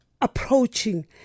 approaching